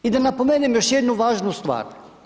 I da napomenem još jednu važnu stvar.